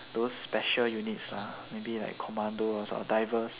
those special units lah maybe like commandos or divers